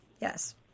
yes